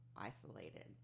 isolated